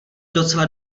docela